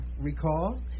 recall